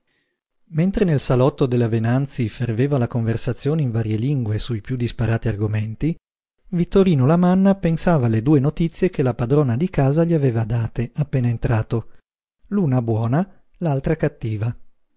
mentre nel salotto della venanzi ferveva la conversazione in varie lingue su i piú disparati argomenti vittorino lamanna pensava alle due notizie che la padrona di casa gli aveva date appena entrato l'una buona l'altra cattiva